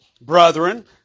brethren